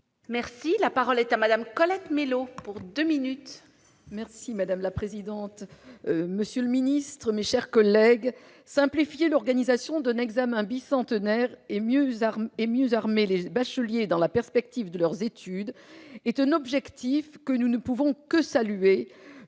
La parole est à Mme Colette Mélot. Madame la présidente, monsieur le ministre, mes chers collègues, simplifier l'organisation d'un examen bicentenaire et mieux armer les bacheliers dans la perspective de leurs études est un objectif que nous ne pouvons que saluer,